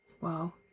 wow